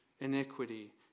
iniquity